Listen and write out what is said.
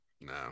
No